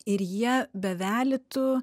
ir jie bevelytų